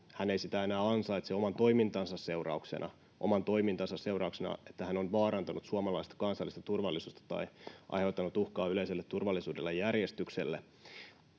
hän ei sitä enää ansaitse oman toimintansa seurauksena, koska hän on vaarantanut suomalaista kansallista turvallisuutta tai aiheuttanut uhkaa yleiselle turvallisuudelle ja järjestykselle